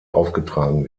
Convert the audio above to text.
aufgetragen